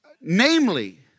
Namely